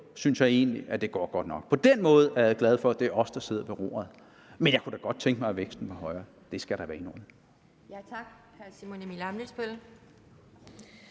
synes jeg egentlig, at det er gået godt nok; på den måde er jeg glad for, at det er os, der sidder ved roret. Men jeg kunne da godt tænke mig, at væksten var højere, det skal da være indrømmet.